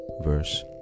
verse